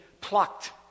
plucked